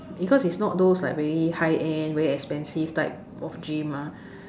because it's not those like very high end very expensive type of gym mah